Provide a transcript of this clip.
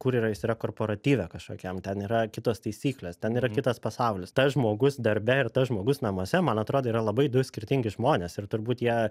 kur yra jis yra korporatyve kažkokiam ten yra kitos taisyklės ten yra kitas pasaulis tas žmogus darbe ir tas žmogus namuose man atrodo yra labai du skirtingi žmonės ir turbūt jie